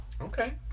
Okay